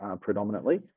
predominantly